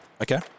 Okay